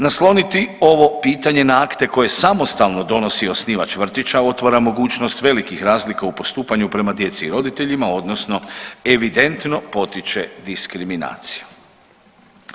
Nasloniti ovo pitanje na akte koje samostalno donosi osnivač vrtića otvara mogućnost velikih razlika u postupanju prema djeci i roditeljima, odnosno evidentno potiče diskriminaciju.